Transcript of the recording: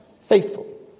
faithful